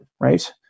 right